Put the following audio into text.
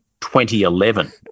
2011